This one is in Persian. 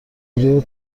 روی